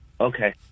Okay